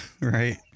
Right